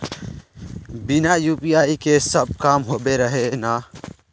बिना यु.पी.आई के सब काम होबे रहे है ना?